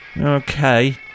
Okay